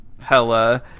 Hella